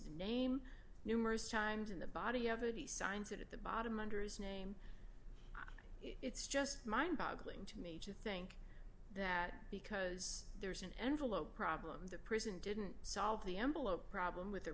name numerous times in the body of a the signs at the bottom under his name it's just mind boggling to me to think that because there's an envelope problem the prison didn't solve the envelope problem with the